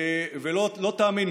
ולא תאמין,